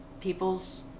people's